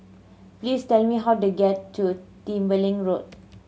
please tell me how to get to Tembeling Road